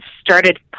started